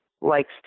likes